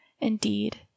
indeed